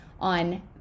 on